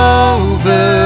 over